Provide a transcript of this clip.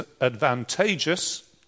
advantageous